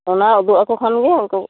ᱚᱱᱟ ᱩᱫᱩᱜᱼ ᱟᱠᱚ ᱠᱷᱟᱱᱜᱮ ᱩᱱᱠᱩ